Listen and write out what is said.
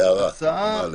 הארה באל"ף.